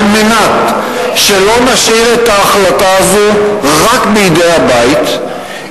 על מנת שלא נשאיר את ההחלטה הזאת רק בידי הבית,